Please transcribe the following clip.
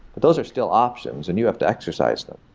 those are still options and you have to exercise them.